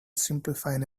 simplifying